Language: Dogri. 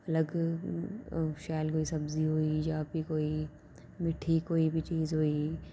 अलग शैल कोई सब्जी होई जां प्ही कोई मिट्ठी कोई बी चीज़ होई